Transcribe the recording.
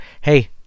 hey